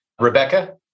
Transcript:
Rebecca